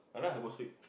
airport sleep